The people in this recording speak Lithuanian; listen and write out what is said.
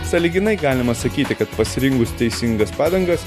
sąlyginai galima sakyti kad pasiringus teisingas padangas